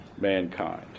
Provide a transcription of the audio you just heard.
mankind